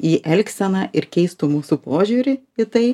į elgseną ir keistų mūsų požiūrį į tai